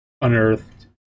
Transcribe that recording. unearthed